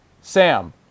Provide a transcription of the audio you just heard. Sam